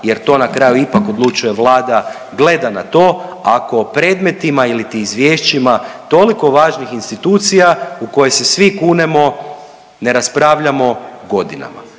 jer to na kraju ipak odlučuje Vlada, gleda na to ako o predmetima iliti izvješćima toliko važnih institucija u koje se svi kunemo ne raspravljamo godinama.